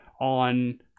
on